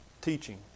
teaching